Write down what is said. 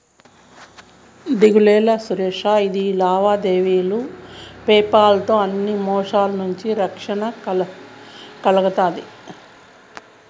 దిగులేలా సురేషా, ఇది లావాదేవీలు పేపాల్ తో అన్ని మోసాల నుంచి రక్షణ కల్గతాది